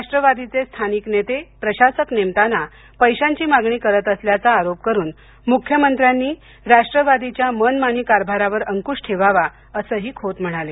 राष्ट्रवादीचे स्थानिक नेते प्रशासक नेमताना पैशाची मागणी करत असल्याचा आरोप करून मुख्यमंत्र्यानी राष्ट्रवादीच्या मनमानी कारभारावर अंकूश ठेवावा असही खोत म्हणाले